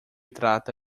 trata